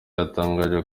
yatangaje